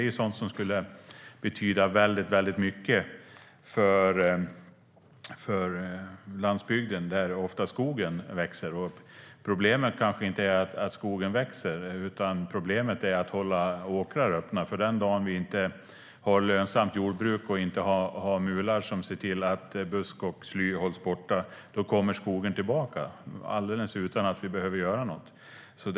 Det är sådant som skulle betyda väldigt mycket för landsbygden, där ofta skogen växer. Problemet kanske inte är att skogen växer, utan problemet är att hålla åkrar öppna. Den dag vi inte har lönsamt jordbruk eller mular som ser till att buskar och sly hålls borta, då kommer skogen tillbaka utan att vi behöver göra något alls.